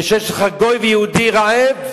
כשיש לך גוי ויהודי רעבים,